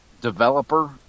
developer